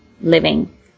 living